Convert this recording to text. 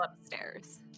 upstairs